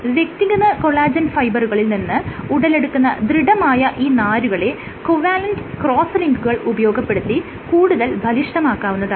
വ്യക്തിഗത കൊളാജെൻ ഫൈബറുകളിൽ നിന്ന് ഉടലെടുക്കുന്ന ദൃഢമായ ഈ നാരുകളെ കൊവാലെന്റ് ക്രോസ്സ് ലിങ്കുകൾ ഉപയോഗപ്പെടുത്തി കൂടുതൽ ബലിഷ്ഠമാക്കാവുന്നതാണ്